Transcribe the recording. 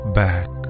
back